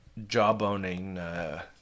jawboning